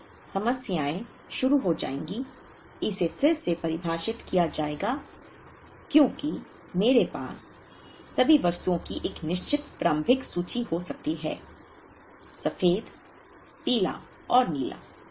इसलिए समस्याएं शुरू हो जाएंगी इसे फिर से परिभाषित किया जाएगा क्योंकि मेरे पास सभी वस्तुओं की एक निश्चित प्रारंभिक सूची हो सकती है सफेद पीला और नीला